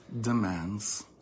demands